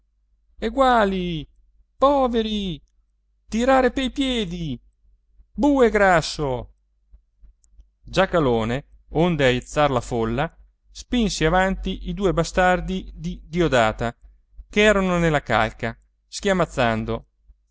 eguali poveri tirare pei piedi bue grasso giacalone onde aizzar la folla spinse avanti i due bastardi di diodata ch'erano nella calca schiamazzando